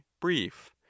brief